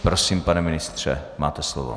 Prosím, pane ministře, máte slovo.